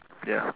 ya